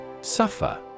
Suffer